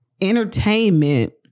entertainment